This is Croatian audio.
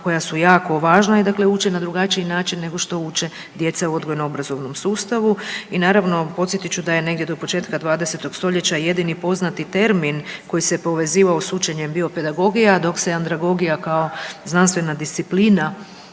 koja su jako važna i dakle uče na drugačiji način nego što uče djeca u odgojno obrazovnom sustavu i naravno podsjetit ću da je negdje do početka 20. stoljeća jedini poznati termin koji se povezivao s učenjem bio pedagogija dok se andragogija kao znanstvena disciplina